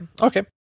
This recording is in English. Okay